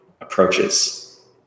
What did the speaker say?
approaches